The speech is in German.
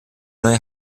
neue